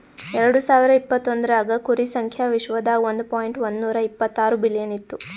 ಎರಡು ಸಾವಿರ ಇಪತ್ತೊಂದರಾಗ್ ಕುರಿ ಸಂಖ್ಯಾ ವಿಶ್ವದಾಗ್ ಒಂದ್ ಪಾಯಿಂಟ್ ಒಂದ್ನೂರಾ ಇಪ್ಪತ್ತಾರು ಬಿಲಿಯನ್ ಇತ್ತು